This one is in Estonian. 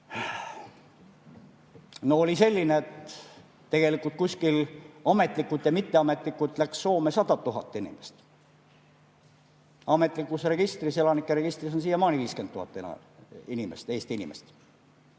oli selline, et tegelikult kuskil ametlikult või mitteametlikult läks Soome 100 000 inimest. Ametlikus elanike registris on siiamaani 50 000 Eesti inimest.